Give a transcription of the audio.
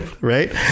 Right